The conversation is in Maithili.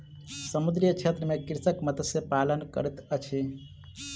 समुद्रीय क्षेत्र में कृषक मत्स्य पालन करैत अछि